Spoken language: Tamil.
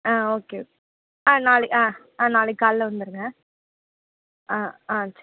ஆ ஓகே ஆ நாளை ஆ ஆ நாளைக்கு காலைல வந்துடுங்க ஆ ஆ